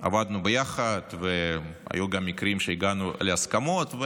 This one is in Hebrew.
עבדנו ביחד, והיו גם מקרים שהגענו להסכמות.